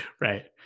Right